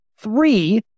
Three